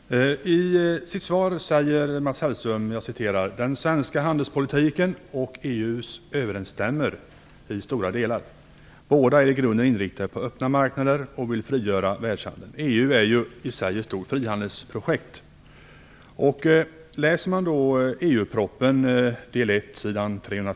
Herr talman! I sitt svar säger Mats Hellström:"Den svenska handelspolitiken och EU:s överensstämmer i stora delar. Båda är i grunden inriktade på öppna marknader och vill frigöra världshandeln. EU är ju i sig ett stort frihandelsprojekt."